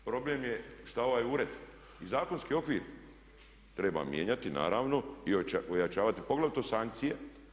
Problem je šta ovaj ured i zakonski okvir treba mijenjati naravno i ojačavati poglavito sankcije.